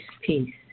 peace